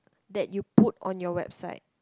that you put on your website